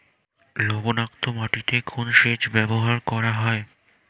লবণাক্ত মাটিতে কোন সেচ ব্যবহার করা হয়?